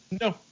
No